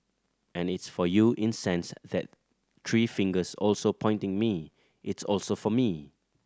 and it's for you in sense that three fingers also pointing me it's also for me